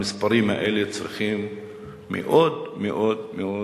המספרים האלה צריכים מאוד מאוד מאוד